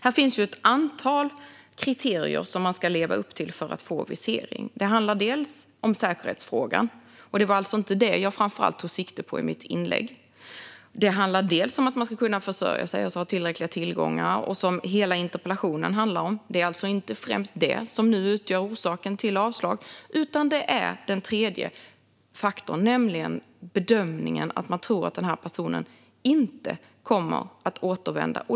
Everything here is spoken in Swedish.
Det finns ett antal kriterier som man ska leva upp till för att få visering. Det handlar dels om säkerhetsfrågan, men det var inte den jag framför allt tog sikte på i mitt inlägg. Det handlar dels om att man ska kunna försörja sig, alltså ha tillräckliga tillgångar. Det är det hela interpellationen handlar om, men det är alltså inte främst detta som nu utgör orsaken till avslag. Det är i stället den tredje faktorn, nämligen bedömningen att en person inte kommer att återvända.